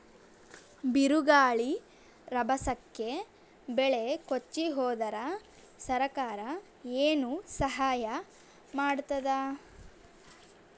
ಬಿರುಗಾಳಿ ರಭಸಕ್ಕೆ ಬೆಳೆ ಕೊಚ್ಚಿಹೋದರ ಸರಕಾರ ಏನು ಸಹಾಯ ಮಾಡತ್ತದ?